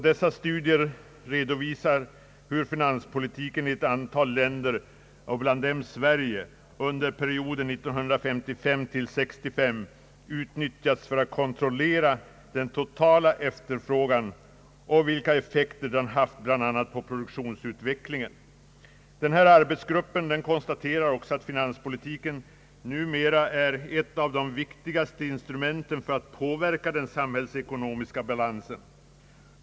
Dessa studier redovisar hur finanspolitiken i ett antal länder, bland dem Sverige, under perioden 1955—41965 har utnyttjats för att kontrollera den totala efterfrågan och vilka effekter den har haft bl.a. på produktionsutvecklingen. Denna arbetsgrupp konstaterar också att finanspolitiken numera är ett av de viktigaste instrumenten för att påverka den samhällsekonomiska balansen.